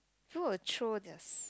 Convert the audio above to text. people will throw their s~